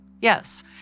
Yes